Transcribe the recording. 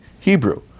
Hebrew